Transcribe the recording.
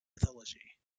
mythology